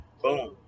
Boom